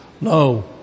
No